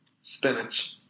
Spinach